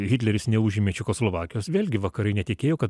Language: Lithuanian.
hitleris neužėmė čekoslovakijos vėlgi vakarai netikėjo kad